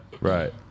right